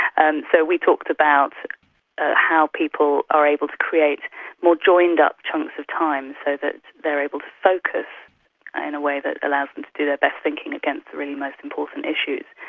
and so we talked about ah how people are able to create more joined-up chunks of time so that they're able to focus in a way that allows them to do their best thinking against the really most important issues.